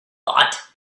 thought